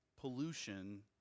Pollution